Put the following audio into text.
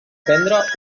prendre